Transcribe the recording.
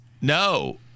No